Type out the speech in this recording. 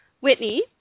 Whitney